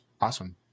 awesome